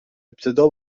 ابتدا